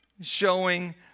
showing